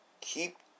keep